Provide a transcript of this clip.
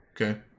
Okay